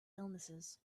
illnesses